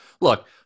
look –